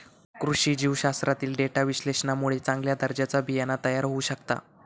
कृषी जीवशास्त्रातील डेटा विश्लेषणामुळे चांगल्या दर्जाचा बियाणा तयार होऊ शकता